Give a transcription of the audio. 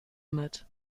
mit